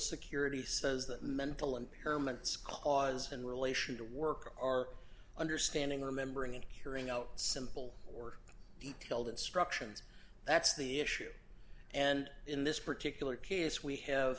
security says that mental impairment scores in relation to work are understanding remembering and carrying out simple or detailed instructions that's the issue and in this particular case we have